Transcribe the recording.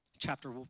Chapter